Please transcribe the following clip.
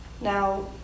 Now